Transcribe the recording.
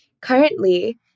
Currently